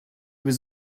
was